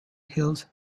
hills